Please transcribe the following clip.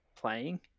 playing